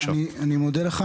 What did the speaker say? אני באמת מודה לך,